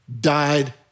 died